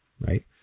right